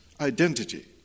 Identity